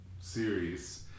series